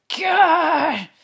God